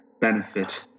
benefit